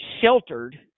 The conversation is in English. sheltered